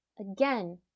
Again